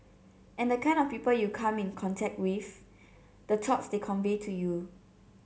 and the kind of people you come in contact with the thoughts they convey to you